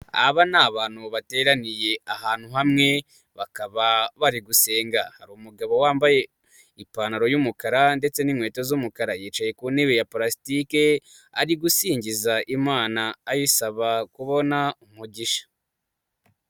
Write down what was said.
Aba ni abantu bateraniye ahantu hamwe, bakaba bari gusenga, hari umugabo wambaye ipantaro y'umukara ndetse n'inkweto z'umukara, yicaye ku ntebe ya palasitike ari gusingiza Imana, ayisaba kubona umugisha.